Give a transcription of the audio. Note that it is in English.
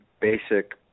basic